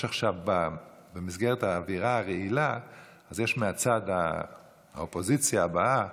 במסגרת האווירה הרעילה יש מצד האופוזיציה הבאה